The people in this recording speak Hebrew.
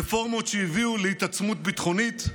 רפורמות שהביאו להתעצמות ביטחונית,